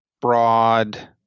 broad